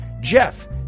Jeff